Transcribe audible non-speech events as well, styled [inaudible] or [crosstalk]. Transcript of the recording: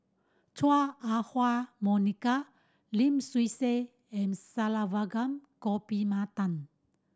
Chua Ah Huwa Monica Lim Swee Say and Saravanan [unintelligible]